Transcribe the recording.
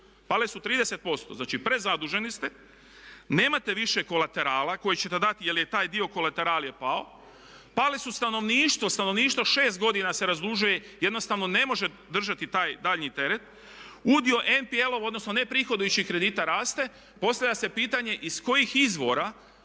pale 30%, znači prezaduženi ste nemate više kolaterala koji ćete dati jer je taj dio kolaterala pao, pali su stanovništvo, stanovništvo 6 godina se razdužuje, jednostavno ne može držati taj daljnji teret. Udio NPL-ova odnosno neprihodujućih kredita raste, postavlja se pitanje iz kojih izvora